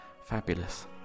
fabulous